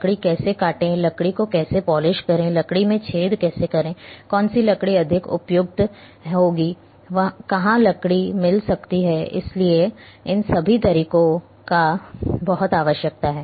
लकड़ी कैसे काटें लकड़ी को कैसे पॉलिश करें लकड़ी में छेद कैसे करें कौन सी लकड़ी अधिक उपयुक्त होगी कहां लकड़ी मिल सकती है इसलिए इन सभी तरीकों की बहुत आवश्यकता है